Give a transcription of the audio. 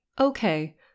Okay